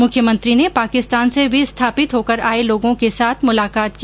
मुख्यमंत्री ने पाकिस्तान से विस्थापित होकर आए लोगों के साथ मुलाकात की